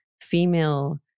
female